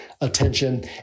attention